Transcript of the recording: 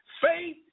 Faith